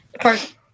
first